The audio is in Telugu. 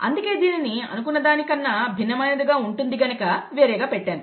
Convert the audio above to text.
అందుకే దీనిని అనుకున్న దాని కన్నా భిన్నమైనదిగా ఉంటుంది గనుక వేరేగా పెట్టాను